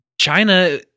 China